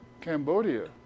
Cambodia